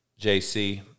JC